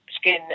skin